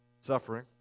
suffering